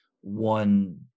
one